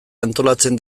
antolatzen